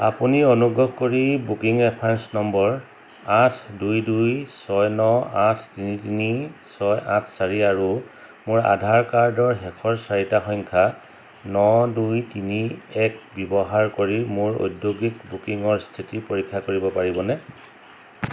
আপুনি অনুগ্ৰহ কৰি বুকিং ৰেফাৰেঞ্চ নম্বৰ আঠ দুই দুই ছয় ন আঠ তিনি তিনি ছয় আঠ চাৰি আৰু মোৰ আধাৰ কাৰ্ডৰ শেষৰ চাৰিটা সংখ্যা ন দুই তিনি এক ব্যৱহাৰ কৰি মোৰ ঔদ্যোগিক বুকিঙৰ স্থিতি পৰীক্ষা কৰিব পাৰিবনে